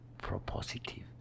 propositive